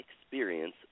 experience